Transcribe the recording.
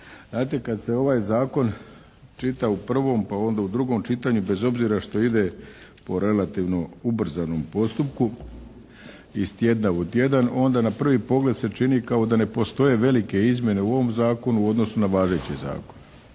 Znate kada se ovaj zakon čita u prvom pa onda u drugom čitanju bez obzira što ide po relativno ubrzanom postupku iz tjedna u tjedan onda na prvi pogled se čini kao da ne postoje velike izmjene u ovom zakonu u odnosu na važeći zakon.